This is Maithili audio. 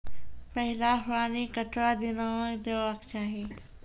पहिल पानि कतबा दिनो म देबाक चाही?